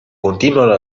continuano